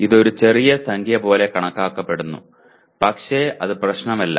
ഇത് ഒരു ചെറിയ സംഖ്യ പോലെ കാണപ്പെടുന്നു പക്ഷേ അത് പ്രശ്നമല്ല